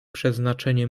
przeznaczenie